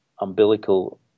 umbilical